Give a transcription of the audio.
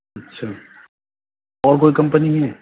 اچھا اور کوئی کمپنی نہیں ہے